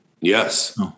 Yes